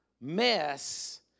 mess